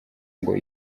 ngo